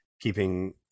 keeping